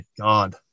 God